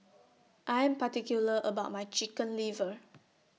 I Am particular about My Chicken Liver